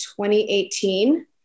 2018